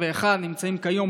וכיום,